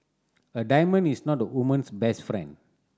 a diamond is not a woman's best friend